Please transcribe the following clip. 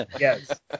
yes